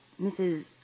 Mrs